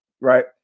right